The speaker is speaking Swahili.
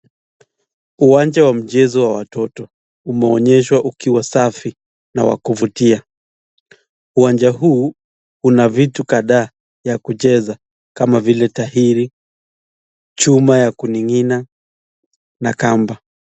Uwanja wa mchezo wa watoto, umeonyeshwa ukiwa safi na wa kuvutia. Uwanja huu unavitu kadhaa vya kucheza kama vile tairi, chuma ya kuningina na kamba.